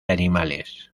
animales